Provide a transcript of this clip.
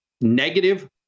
Negative